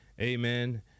Amen